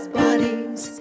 bodies